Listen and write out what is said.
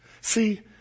See